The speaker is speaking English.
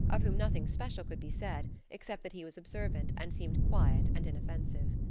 of whom nothing special could be said, except that he was observant and seemed quiet and inoffensive.